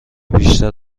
بیشتر